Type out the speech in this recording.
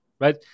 right